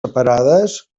separades